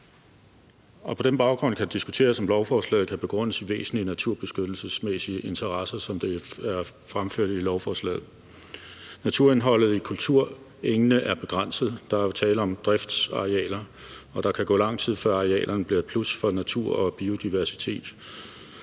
på den baggrund kan det diskuteres, om lovforslaget kan begrundes i væsentlige naturbeskyttelsesmæssige interesser, som det er fremført i lovforslaget. Naturindholdet i kulturengene er begrænset, da der jo er tale om driftsarealer, og der kan gå lang tid, før arealerne bliver et plus for natur og biodiversitet.